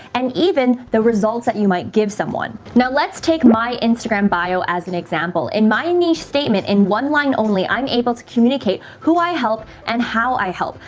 and even the results that you might give someone. now, let's take my instagram bio as an example. in my and niche statement in one line only i'm able to communicate who i help and how i help.